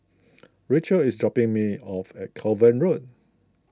Rocio is dropping me off at Kovan Road